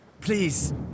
Please